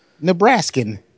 Nebraskan